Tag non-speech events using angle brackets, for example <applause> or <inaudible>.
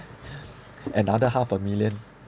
<breath> another half a million